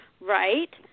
right